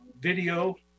video